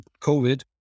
COVID